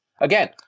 Again